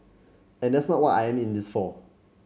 and that's not what I am in this for